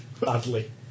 badly